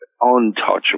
untouchable